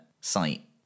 site